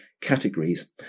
categories